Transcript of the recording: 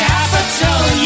Capital